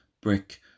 brick